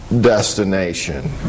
destination